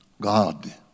God